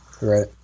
Right